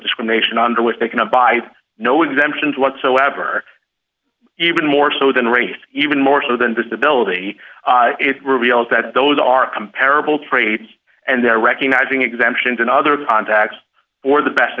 discrimination under which they can abide no exemptions whatsoever even more so than race even more so than disability it reveals that those are comparable traits and they're recognizing exemptions and other contacts for the best